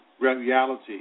reality